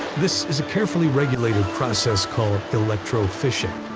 this is a carefully regulated process called electro-fishing.